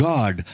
God